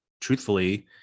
truthfully